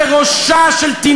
חברת הכנסת מיכל רוזין.